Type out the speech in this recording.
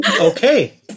okay